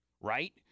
right